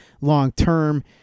long-term